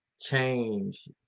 change